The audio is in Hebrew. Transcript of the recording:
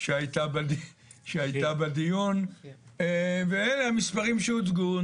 שהייתה בדיון, ואלה המספרים שהוצגו.